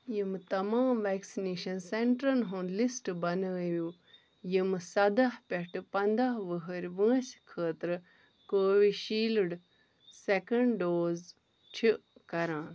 یِم تمام ویٚکسِنیشن سیٚنٹرن ہُنٛد لسٹ بنٲیِو یِم سَداہ پٮ۪ٹھ پنٛداہ وُہٕرۍ وٲنٛسہِ خٲطرٕ کووِشیٖلڈ سیٚکَنٛڈ ڈوز چھِ کران